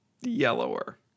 yellower